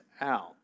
out